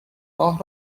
ماه